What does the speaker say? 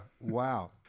Wow